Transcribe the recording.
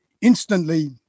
instantly